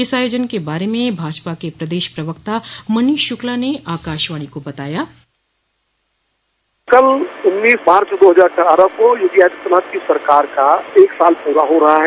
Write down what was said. इस आयोजन के बारे में भाजपा के प्रदेश प्रवक्ता मनीष शूक्ला ने आकाशवाणी को बताया कल उन्नीस मार्च दो हजार अट्ठारह को योगी आदित्यनाथ की सरकार का एक साल प्ररा हो रहा है